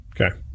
Okay